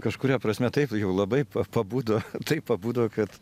kažkuria prasme taip jau labai pabudo taip pabudo kad